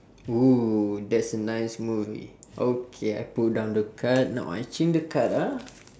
oo that's a nice movie okay I put down the card now I change the card ah